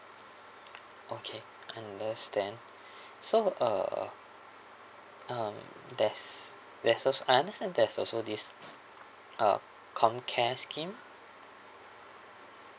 okay understand so uh um there's there's also I understand there's also this uh comm care scheme